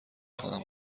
خواهم